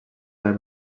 del